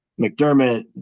McDermott